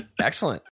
Excellent